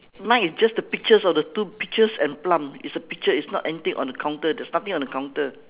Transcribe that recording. mine is just the pictures of the two peaches and plum it's a picture its not anything on the counter there's nothing on the counter